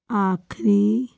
ਆਖਰੀ